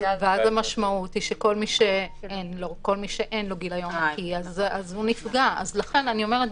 כי אז המשמעות היא שכל מי שאין לו גיליון נקי נפגע מזה.